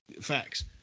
facts